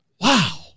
Wow